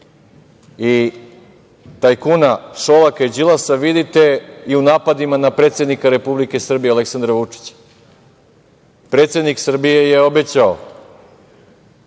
i tajkuna Šolaka i Đilasa vidite i u napadima na predsednika Republike Srbije Aleksandra Vučića. Predsednik Srbije je obećao